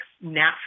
natural